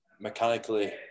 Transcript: mechanically